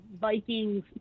Vikings